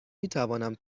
میتوانم